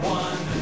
one